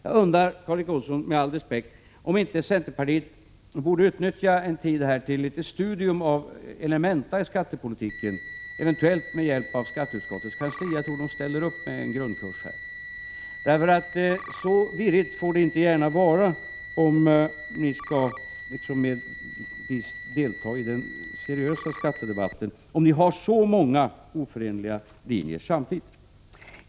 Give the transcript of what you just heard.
Jag undrar, Karl Erik Olsson, med all respekt, om inte centerpartiet borde utnyttja en tid till studium av elementa i skattepolitiken, eventuellt med hjälp av skatteutskottets kansli. Jag tror att de ställer upp med en grundkurs. Så virrigt får det inte gärna vara, om ni skall delta i den seriösa skattedebatten, att ni har så många oförenliga linjer samtidigt.